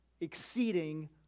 exceeding